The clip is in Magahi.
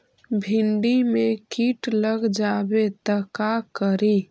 भिन्डी मे किट लग जाबे त का करि?